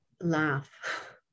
laugh